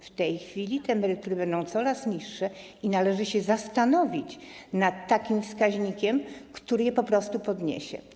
W tej chwili te emerytury będą coraz niższe i należy się zastanowić nad takim wskaźnikiem, który je po prostu podniesie.